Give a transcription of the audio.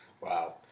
Wow